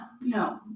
no